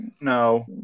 No